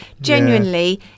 genuinely